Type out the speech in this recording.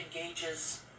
engages